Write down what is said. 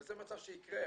זה מצב שיקרה.